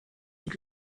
had